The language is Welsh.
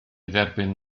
dderbyn